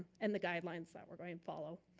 and the guidelines that we're going to follow.